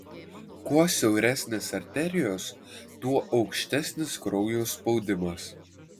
kuo siauresnės arterijos tuo aukštesnis kraujo spaudimas